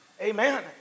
Amen